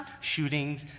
Shootings